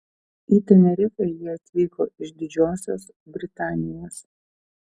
į tenerifę jie atvyko iš didžiosios britanijos